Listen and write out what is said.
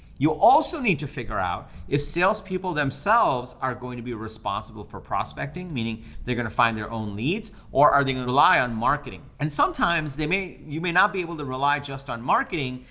you also need to figure out if salespeople themselves are going to be responsible for prospecting, meaning they're gonna find their own leads or are they gonna rely on marketing. and sometimes they may, you may not be able to rely just on marketing,